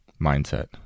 mindset